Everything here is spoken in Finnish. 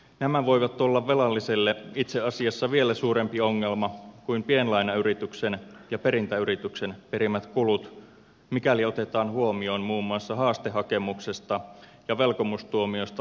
nämä voivat olla velalliselle itse asiassa vielä suurempi ongelma kuin pienlainayrityksen ja perintäyrityksen perimät kulut mikäli otetaan huomioon muun muassa haastehakemuksesta ja velkomustuomioista aiheutuvat kustannukset